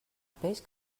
peix